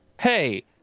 Hey